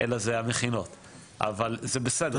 אבל זה המכינות.